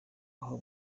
aho